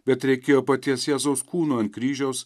bet reikėjo paties jėzaus kūno ant kryžiaus